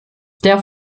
der